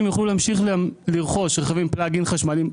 יוכלו להמשיך לרכוש רכבים פלאג-אין חשמלי,